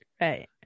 Right